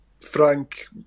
Frank